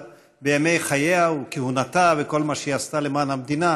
בימי חייה וכהונתה וכל מה שהיא עשתה למען המדינה.